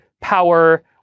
power